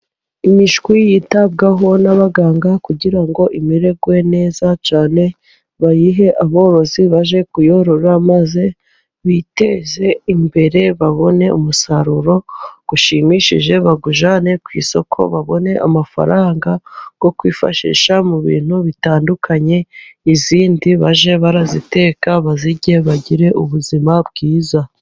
Imishwi yitabwaho n'abaganga kugira ngo imererwe neza cyane, bayihe aborozi bajye kuyorora maze biteze imbere, babone umusaruro ushimishije bawujyane ku isoko babone amafaranga, yo kwifashisha mu bintu bitandukanye, izindi bajye baraziteka bazirye bagire ubuzima bwiza.